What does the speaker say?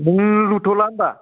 नों लुथ'ला होनबा